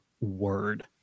word